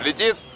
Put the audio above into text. do.